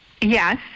Yes